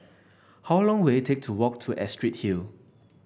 how long will it take to walk to Astrid Hill